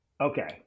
Okay